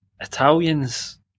italians